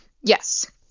Yes